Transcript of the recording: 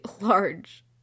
large